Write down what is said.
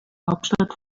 hauptstadt